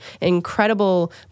incredible